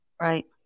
right